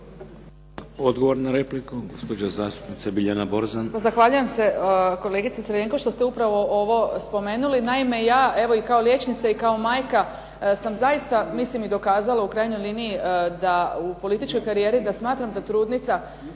Odgovor na repliku, gospođa zastupnica Biljana Borzan.